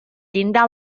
llindar